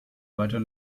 weiter